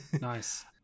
Nice